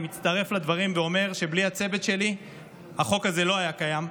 אני מצטרף לדברים ואומר שבלי הצוות שלי החוק הזה לא היה קיים.